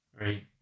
right